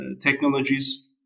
technologies